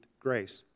grace